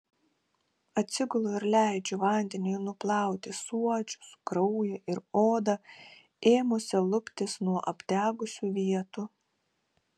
atsigulu ir leidžiu vandeniui nuplauti suodžius kraują ir odą ėmusią luptis nuo apdegusių vietų